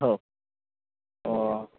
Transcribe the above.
औ